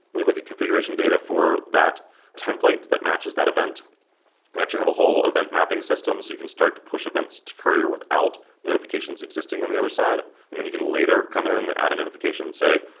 we look at configuration data for that template that matches that event. we actually have a whole event mapping system, so you can start to push events to courier without notifications existing on the other side. and then you can later come in and add a notification and say,